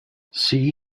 see